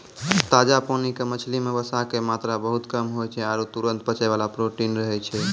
ताजा पानी के मछली मॅ वसा के मात्रा बहुत कम होय छै आरो तुरत पचै वाला प्रोटीन रहै छै